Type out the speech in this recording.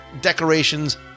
decorations